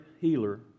healer